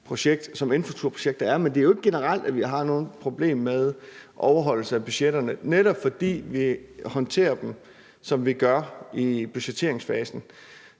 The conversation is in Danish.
som infrastrukturprojektet er, men det er jo ikke generelt, at vi har noget problem med overholdelse af budgetterne, netop fordi vi håndterer dem, som vi gør, i budgetteringsfasen.